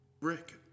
Rick